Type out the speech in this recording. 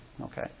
Okay